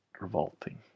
revolting